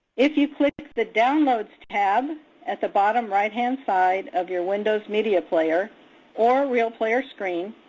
if you click the downloads tab at the bottom right-hand side of your windows media player or realplayer screen,